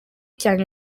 cyanjye